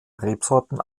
rebsorten